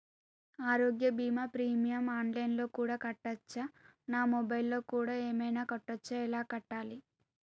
ఆరోగ్య బీమా premium online లో కూడా కట్టచ్చా? నా మొబైల్లో కూడా ఏమైనా కట్టొచ్చా? ఎలా కట్టాలి?